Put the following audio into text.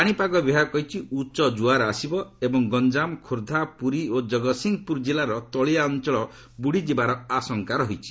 ପାଣିପାଗ ବିଭାଗ କହିଛି ଉଚ୍ଚ ଜୁଆର ଆସିବ ଏବଂ ଗଞ୍ଜାମ ଖୋର୍ଦ୍ଧା ପୁରୀ ଓ ଜଗତସିଂହପୁର ଜିଲ୍ଲାର ତଳିଆ ଅଞ୍ଚଳ ବୁଡ଼ିଯିବାର ଆଶଙ୍କା ରହିଛି